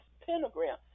pentagram